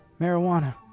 marijuana